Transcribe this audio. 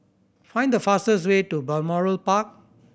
find the fastest way to Balmoral Park